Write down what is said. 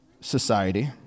society